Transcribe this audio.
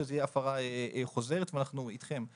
שזאת תהיה הפרה חוזרת ואנחנו אתכם.